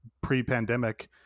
pre-pandemic